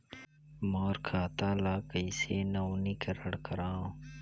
मोर खाता ल कइसे नवीनीकरण कराओ?